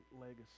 legacy